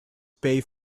pay